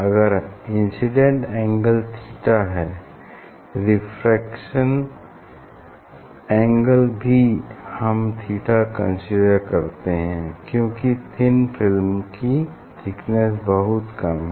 अगर incident angle theta है refraction angle भी हम थीटा कंसीडर करते हैं क्यूंकि थिन फिल्म की थिकनेस बहुत कम है